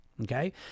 Okay